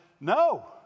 No